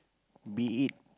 be it